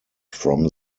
from